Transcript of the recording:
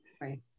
Right